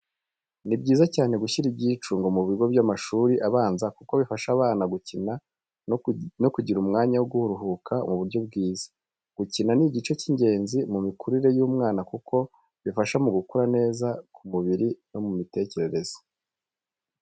Ni byiza cyane gushyira ibyicungo mu bigo by’amashuri abanza kuko bifasha abana gukina no kugira umwanya wo kuruhuka mu buryo bwiza. Gukina ni igice cy’ingenzi mu mikurire y’umwana, kuko bifasha mu gukura neza ku mubiri no mu mitekerereze.